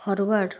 forward